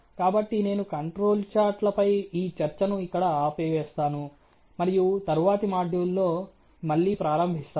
కాబట్టి నేను control chart లపై ఈ చర్చను ఇక్కడ ఆపివేస్తాను మరియు తరువాతి మాడ్యూల్లో మళ్ళీ ప్రారంభిస్తాను